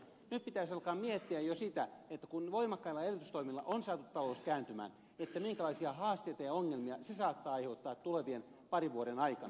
nyt pitäisi alkaa miettiä jo sitä kun voimakkailla elvytystoimilla on saatu talous kääntymään minkälaisia haasteita ja ongelmia se saattaa aiheuttaa tulevien parin vuoden aikana